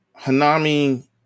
Hanami